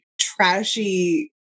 trashy